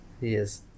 Yes